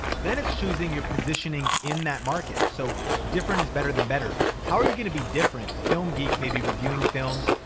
then it's choosing your positioning in that market. so different is better than better. how are you gonna be different film geek? maybe reviewing films.